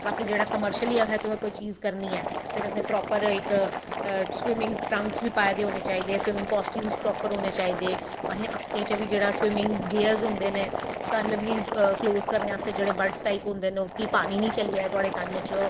कि जेह्ड़े कमर्शली असैं तुसैं कोई चीज़ करनी ऐ फिर असैं प्रापर इक स्विमिंग ट्रंकस बी पाए दे होनें चाही दे कास्चिमस प्राप्स होनें चाही दे असैं अक्खीं च बी जेह्ड़े स्विमिंग गेयरस होंदे नै कन्न बी कलोज़ करनें आस्तै जेह्ड़े बडस टाईप होंदे न कि पानी नी चली जाए तुआढ़े कन्न बिच्च